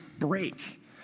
break